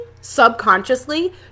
subconsciously